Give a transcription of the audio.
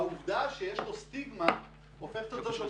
העובדה שיש לו סטיגמה הופכת אותו שאומרים,